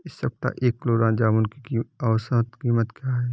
इस सप्ताह एक किलोग्राम जामुन की औसत कीमत क्या है?